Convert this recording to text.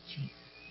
Jesus